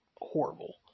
horrible